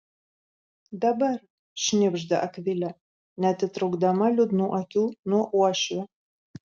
dabar šnibžda akvilė neatitraukdama liūdnų akių nuo uošvio